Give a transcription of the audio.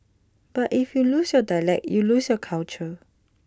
but if you lose your dialect you lose your culture